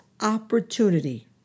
opportunity